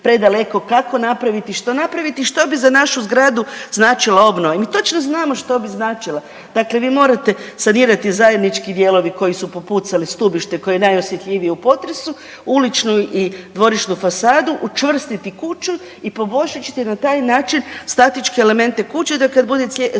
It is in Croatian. kako napraviti, što napraviti, što bi za našu zgradu značila obnova? Mi točno znamo što bi značila, dakle vi morate sanirati zajednički dijelovi koji su popucali, stubište koje je najosjetljivije u potresu, uličnu i dvorišnu fasadu, učvrstiti kuću i poboljšat ćete na taj način statičke elemente kuće da kad bude slijedeći